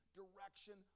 direction